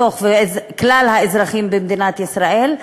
של כלל האזרחים במדינת ישראל,